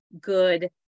good